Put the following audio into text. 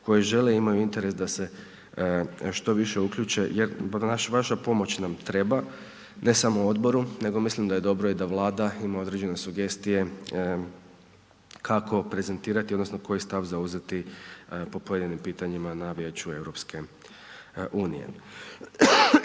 koji žele i imaju interes da se što više uključe jer vaša pomoć nam treba, ne samo odboru nego mislim da je dobro i da Vlada ima određene sugestije kako prezentirati odnosno koji stav zauzeti po pojedinim pitanjima na vijeću EU.